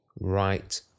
right